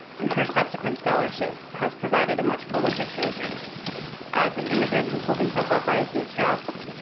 and her subsequent scholarship has provided a much fuller picture of riis as an immigrant who pulled himself up by his bootstraps,